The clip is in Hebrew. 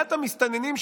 סוגיית המסתננים,